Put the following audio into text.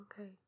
okay